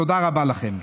תודה רבה לכם.